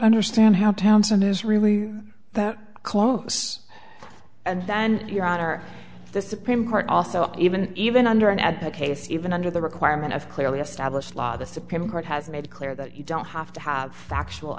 understand how townson is really that close and then your honor the supreme court also even even under an add case even under the requirement of clearly established law the supreme court has made it clear that you don't have to have factual